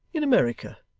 in america,